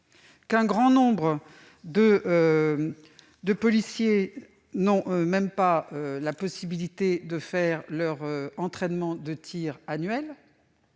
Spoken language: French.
qu'un grand nombre de policiers n'ont même pas la possibilité de faire leur entraînement de tir annuel :